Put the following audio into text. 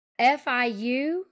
FIU